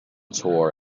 tour